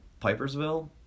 Pipersville